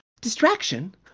distraction